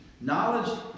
Knowledge